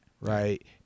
Right